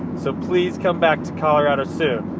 so please come back to colorado soon.